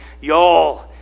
Y'all